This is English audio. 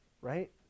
Right